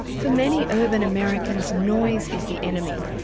for many urban americans noise is the enemy,